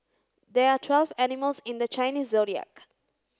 there are twelve animals in the Chinese Zodiac